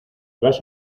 vas